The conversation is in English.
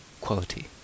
quality